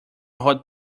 hot